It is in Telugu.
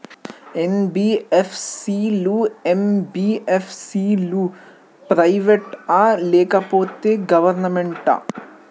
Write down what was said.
ఎన్.బి.ఎఫ్.సి లు, ఎం.బి.ఎఫ్.సి లు ప్రైవేట్ ఆ లేకపోతే గవర్నమెంటా?